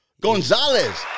Gonzalez